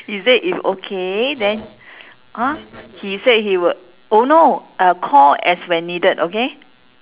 he said if okay then !huh! he said he will oh no uh call as when needed okay